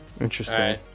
Interesting